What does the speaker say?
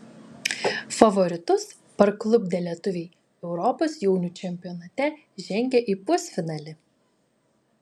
favoritus parklupdę lietuviai europos jaunių čempionate žengė į pusfinalį